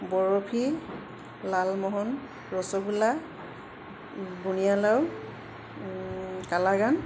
barfi lalmohan rasgulla bundiya laddu kalakand